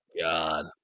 god